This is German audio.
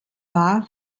war